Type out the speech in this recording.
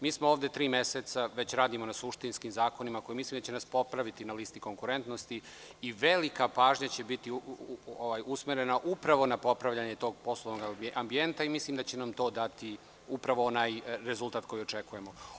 Mi smo ovde tri meseca, već radimo na suštinskim zakonima, iako mislim da će nas popraviti na listi konkurentnosti i velika pažnja će biti usmerena upravo na popravljanje tog poslovnog ambijenta i mislim da će nam to dati upravo onaj rezultat koji očekujemo.